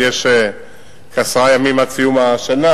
יש עוד כעשרה ימים עד סיום השנה,